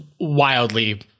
wildly